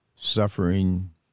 Suffering